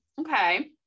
Okay